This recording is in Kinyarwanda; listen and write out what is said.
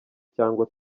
cyangwa